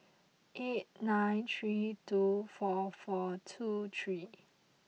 eight nine three two four four two three